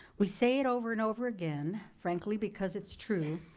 we say it over and over again, frankly because it's true,